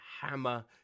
hammer